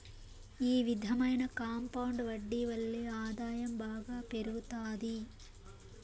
ఈ విధమైన కాంపౌండ్ వడ్డీ వల్లే ఆదాయం బాగా పెరుగుతాది